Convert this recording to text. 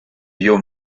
vio